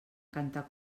cantar